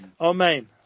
Amen